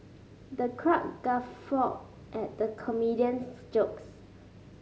the crowd guffawed at the comedian's jokes